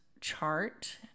chart